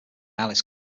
alice